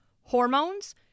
hormones